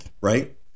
right